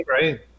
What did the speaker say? right